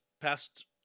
past